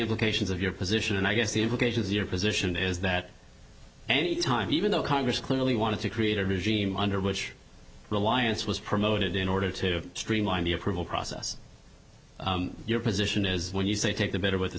implications of your position and i guess the implications of your position is that any time even though congress clearly wanted to create a regime under which the alliance was promoted in order to streamline the approval process your position is when you say take the bitter with the